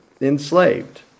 enslaved